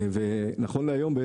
נכון להיום,